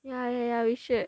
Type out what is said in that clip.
yeah yeah yeah we should